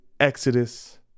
Exodus